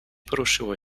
poruszyło